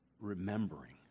remembering